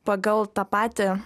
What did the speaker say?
pagal tą patį